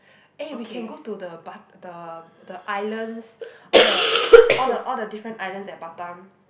eh we can go to the bat~ the the islands all the all the all the different islands at Batam